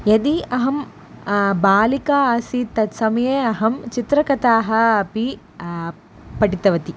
यदि अहं बालिका आसीत् तत् समये अहं चित्रकथाः अपि पठितवती